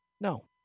No